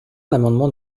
l’amendement